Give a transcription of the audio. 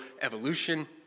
evolution